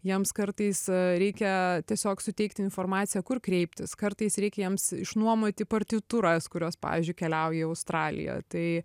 jiems kartais reikia tiesiog suteikti informaciją kur kreiptis kartais reik jiems išnuomoti partitūras kurios pavyzdžiui keliauja į australiją tai